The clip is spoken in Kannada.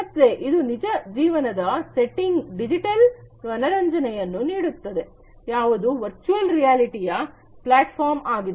ಮತ್ತೆ ಇದು ನಿಜ ಜೀವನದ ವ್ಯವಸ್ಥೆಯ ಡಿಜಿಟಲ್ ಮನರಂಜನೆಯನ್ನು ನೀಡುತ್ತದೆ ಯಾವುದು ವರ್ಚುವಲ್ ರಿಯಾಲಿಟಿ ಪ್ಲಾಟ್ಫಾರ್ಮ್ ಆಗಿದೆ